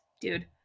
Dude